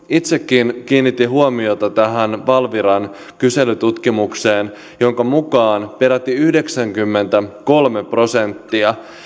itsekin nostaa sen esille itsekin kiinnitin huomiota tähän valviran kyselytutkimukseen jonka mukaan peräti yhdeksänkymmentäkolme prosenttia